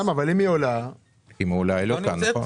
היא לא נמצאת.